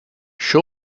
sure